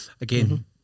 Again